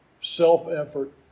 Self-effort